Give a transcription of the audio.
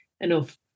enough